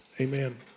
Amen